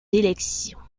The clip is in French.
élections